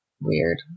weird